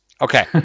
Okay